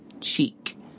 cheek